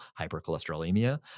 hypercholesterolemia